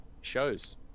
Shows